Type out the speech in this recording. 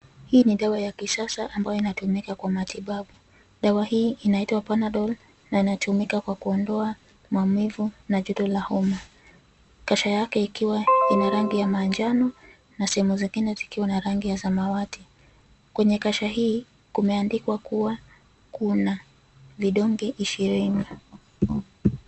Hii ni dawa ya kisasa ambayo inatumika kwa matibabu, dawa hii inaitwa Panadol , na inatumika kwa kuondoa, maumivu na joto la homa, kasha yake ikiwa ina rangi ya manjano, na sehemu zingine zikiwa na rangi ya samawati, kwenye kasha hii, kumeandikwa kuwa, kuna, vidonge ishirini.